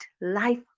life